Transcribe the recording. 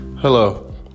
Hello